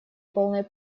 полной